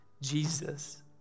Jesus